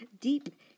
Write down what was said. Deep